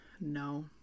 No